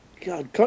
God